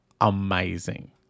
amazing